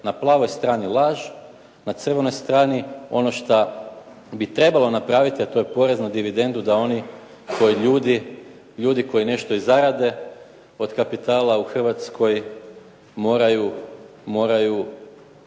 Na plavoj strani laž, na crvenoj strani ono što bi trebalo napraviti, a to je porez na dividendu da oni ljudi koji nešto i zarade od kapitala u Hrvatskoj moraju